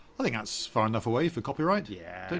think that's far enough away for copyright. yeah. but